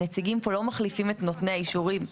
הנציגים פה לא מחליפים את נותני האישורים.